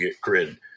grid